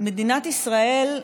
מדינת ישראל,